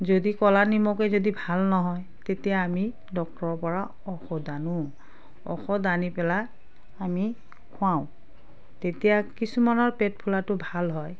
যদি ক'লা নিমখে যদি ভাল নহয় তেতিয়া আমি ডক্টৰৰ পৰা ঔষধ আনো ঔষধ আনি পেলাই আমি খোৱাওঁ তেতিয়া কিছুমানৰ পেট ফুলাটো ভাল হয়